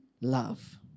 love